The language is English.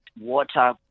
water